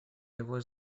его